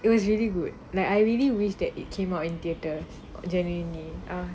it was really good like I really wish that it came out in theatres genuinely